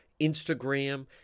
instagram